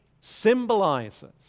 symbolizes